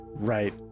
Right